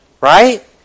right